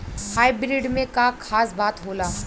Hybrid में का खास बात होला?